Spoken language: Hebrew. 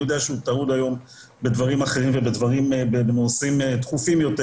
אני יודע שהיום הוא טרוד בדברים אחרים ובנושאים דחופים יותר,